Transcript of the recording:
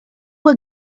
were